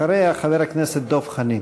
אחריה, חבר הכנסת דב חנין.